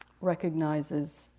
recognizes